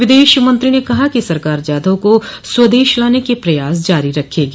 विदेश मंत्री ने कहा कि सरकार जाधव को स्वदेश लाने के प्रयास जारी रखेगी